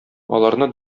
аларны